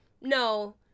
no